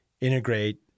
integrate